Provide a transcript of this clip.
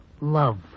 Love